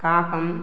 காகம்